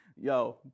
Yo